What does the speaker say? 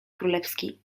królewski